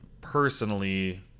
personally